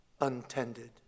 untended